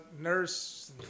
nurse